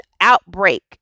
outbreak